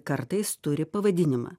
kartais turi pavadinimą